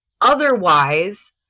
otherwise